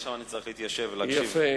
עכשיו אני צריך להתיישב ולהקשיב לך.